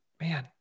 man